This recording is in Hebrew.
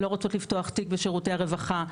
לא רוצות לפתוח תיק בשירותי הרווחה.